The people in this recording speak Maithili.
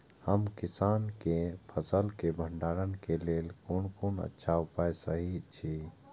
हम किसानके फसल के भंडारण के लेल कोन कोन अच्छा उपाय सहि अछि?